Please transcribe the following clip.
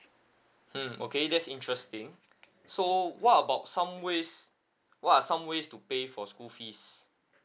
mm okay that's interesting so what about some ways what are some ways to pay for school fees